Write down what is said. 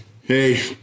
Hey